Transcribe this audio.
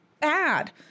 bad